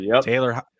Taylor